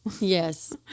yes